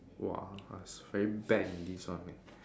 !whoa! I very bad in this one leh